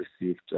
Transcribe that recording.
received